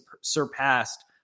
surpassed